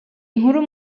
inkuru